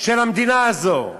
של המדינה הזאת.